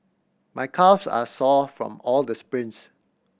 my calves are sore from all the sprints